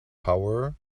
power